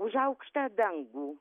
už aukštą dangų